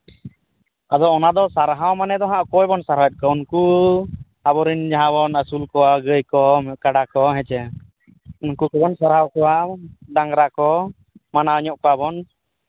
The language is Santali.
ᱟᱫᱚ ᱚᱱᱟ ᱫᱚ ᱥᱟᱨᱦᱟᱣ ᱢᱟᱱᱮ ᱫᱚ ᱦᱟᱸᱜ ᱚᱠᱚᱭ ᱵᱚᱱ ᱥᱟᱨᱦᱟᱣᱮᱫ ᱠᱚᱣᱟ ᱜᱟᱹᱭ ᱠᱚ ᱩᱱᱠᱩ ᱟᱵᱚ ᱨᱮᱱ ᱡᱟᱦᱟᱸᱭ ᱵᱚᱱ ᱟᱹᱥᱩᱞ ᱠᱚᱣᱟ ᱜᱟᱹᱭ ᱠᱟᱰᱟ ᱠᱚ ᱦᱮᱸᱥᱮ ᱩᱱᱠᱩ ᱠᱚᱵᱚᱱ ᱥᱟᱨᱦᱟᱣ ᱠᱚᱣᱟ ᱰᱟᱝᱨᱟ ᱠᱚ ᱢᱟᱱᱟᱣ ᱧᱚᱜ ᱠᱚᱣᱟᱵᱚᱱ